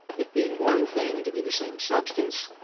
it being one thing to be the same substance,